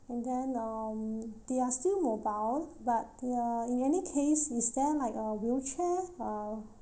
then um they are still mobile but they're in any case is there like a wheelchair uh